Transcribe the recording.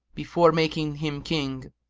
before making him king.